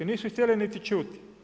Nisu htjele niti čuti.